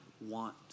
want